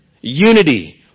Unity